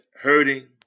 hurting